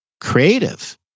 creative